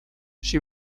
she